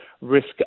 risk